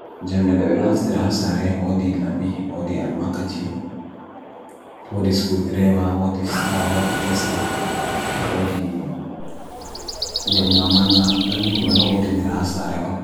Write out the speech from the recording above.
jam dada veronafti rahasare hodi labi hodi almakachi hodi skuidrewa hodi sta hodi testa hodi jam nga manga perniku vero hodi nirahasare on